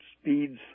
speeds